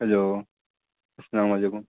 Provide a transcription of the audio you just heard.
hello السلام علیکم